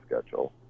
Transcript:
schedule